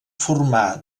formar